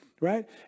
Right